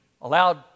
allowed